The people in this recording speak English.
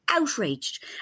Outraged